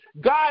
God